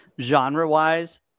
genre-wise